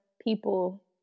people